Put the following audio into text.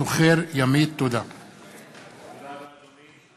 שמונה מתנגדים, אין נמנעים.